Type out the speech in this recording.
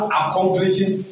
accomplishing